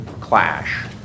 clash